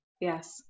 yes